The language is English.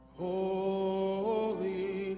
holy